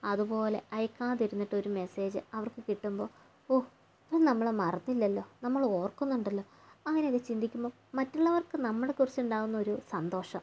അതുപോലെ അയക്കാതിരുന്നിട്ട് ഒരു മെസ്സേജ് അവർക്ക് കിട്ടുമ്പോൾ ഓ ഓൻ നമ്മളെ മറന്നില്ലലോ നമ്മളെ ഓർക്കുന്നുണ്ടല്ലോ അങ്ങനെ ഒക്കെ ചിന്തിക്കുമ്പോൾ മറ്റുള്ളവർക്ക് നമ്മളെക്കുറിച്ചുണ്ടാകുന്നൊരു സന്തോഷം